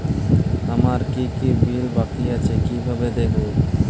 আমার কি কি বিল বাকী আছে কিভাবে দেখবো?